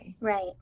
Right